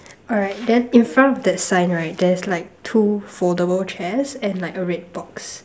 alright then in front of that sign right there's like two foldable chairs and like a red box